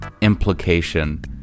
implication